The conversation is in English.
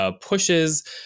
pushes